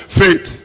faith